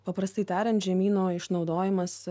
paprastai tariant žemyno išnaudojimas